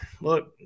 look